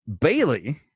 Bailey